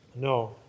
No